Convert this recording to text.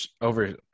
over